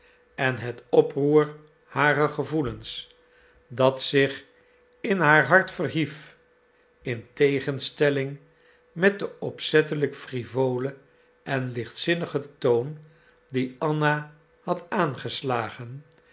en het oproer harer gevoelens dat zich in haar hart verhief in tegenstelling met den opzettelijk frivolen en lichtzinnigen toon dien anna had aangeslagen